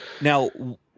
now